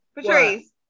Patrice